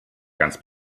ganz